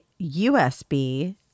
USB